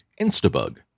Instabug